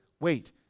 Wait